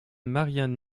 marianne